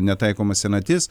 netaikoma senatis